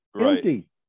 empty